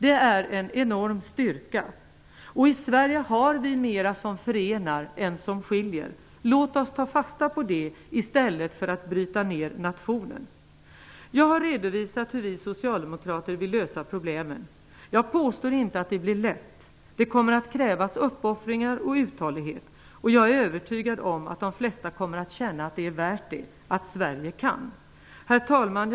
Det är en enorm styrka. I Sverige har vi mer som förenar än som skiljer. Låt oss ta fasta på detta i stället för att bryta ner nationen. Jag har redovisat hur vi socialdemokrater vill lösa problemen. Jag påstår inte att det blir lätt. Det kommer att krävas uppoffringar och uthållighet. Men jag är övertygad om att de flesta kommer att känna att det är värt det, att Sverige kan. Herr talman!